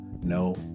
no